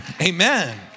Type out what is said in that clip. Amen